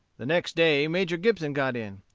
the next day, major gibson got in.